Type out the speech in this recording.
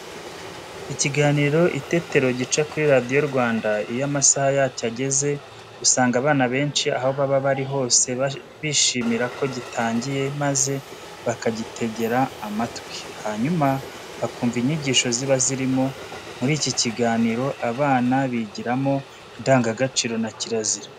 Ikiganiro Itetero gica kuri Radiyo Rwanda. Iyo amasaha yacyo ageze, usanga abana benshi aho baba bari hose bishimira ko gitangiye maze bakagitegera amatwi, hanyuma bakumva inyigisho ziba zirimo. Muri iki kiganiro abana bigiramo indangagaciro na kirazira.